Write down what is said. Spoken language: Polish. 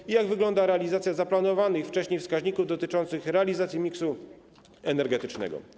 I jak wygląda realizacja zaplanowanych wcześniej wskaźników dotyczących realizacji miksu energetycznego?